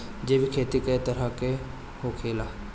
जैविक खेती कए तरह के होखेला?